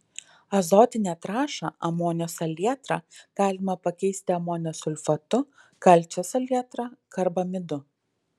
azotinę trąšą amonio salietrą galima pakeisti amonio sulfatu kalcio salietra karbamidu